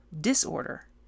disorder